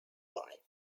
life